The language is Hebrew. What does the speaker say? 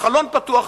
החלון פתוח,